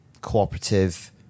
cooperative